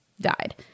died